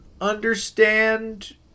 understand